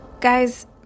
Guys